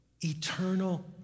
eternal